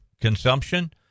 consumption